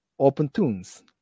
OpenTunes